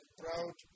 proud